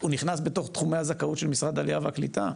נכנס בתוך תחומי הזכאות של משרד העלייה והקליטה?